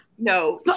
No